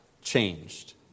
changed